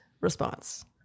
response